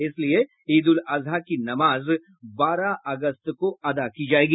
इसलिए ईद उल अजहा की नमाज बारह अगस्त को अदा की जाएगी